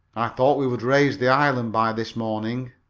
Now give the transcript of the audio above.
i thought we would raise the island by this morning.